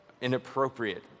inappropriate